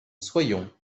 soyons